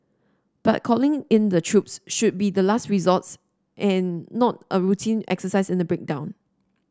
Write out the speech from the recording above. but calling in the troops should be the last resorts and not a routine exercise in a breakdown